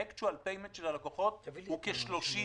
ה-Actual payment של הלקוחות הוא כ-30%.